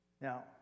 Now